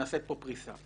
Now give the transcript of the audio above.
נעשית פה פריסה.